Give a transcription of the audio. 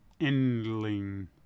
Endling